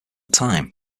time